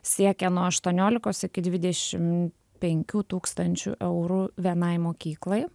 siekia nuo aštuoniolikos iki dvidešim penkių tūkstančių eurų vienai mokyklai